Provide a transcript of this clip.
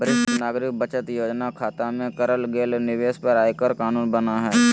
वरिष्ठ नागरिक बचत योजना खता में करल गेल निवेश पर आयकर कानून बना हइ